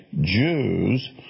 Jews